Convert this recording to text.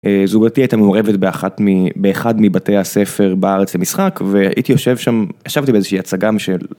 זוגתי היתה מעורבת באחת באחד מבתי הספר בארץ למשחק והייתי יושב שם, ישבתי באיזהשהי הצגה של